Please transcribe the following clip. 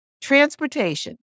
transportation